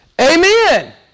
Amen